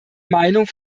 meinung